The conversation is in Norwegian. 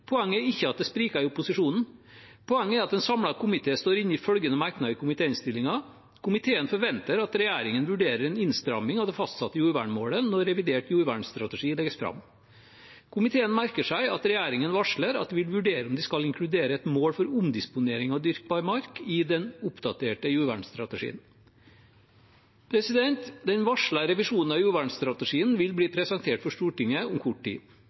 Poenget er ikke at det spriker i opposisjonen. Poenget er at en samlet komité står inne i følgende merknad i komiteinnstillingen: «Komiteen forventer at regjeringen vurderer en innstramming av det fastsatte jordvernmålet når revidert jordvernstrategi legges frem. Komiteen merker seg at regjeringen varsler at de vil vurdere om de skal inkludere et mål for omdisponering av dyrkbar mark i den oppdaterte jordvernstrategien.» Den varslede revisjonen av jordvernstrategien vil bli presentert for Stortinget om kort tid.